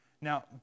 Now